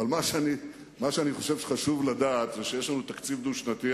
אבל מה שאני חושב שחשוב לדעת זה שיש לנו תקציב דו-שנתי.